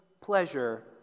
pleasure